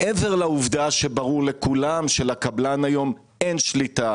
ברור לכולם שלקבלן היום אין שליטה